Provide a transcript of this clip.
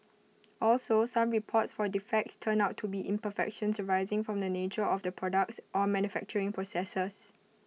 also some reports for defects turned out to be imperfections arising from the nature of the products or manufacturing processes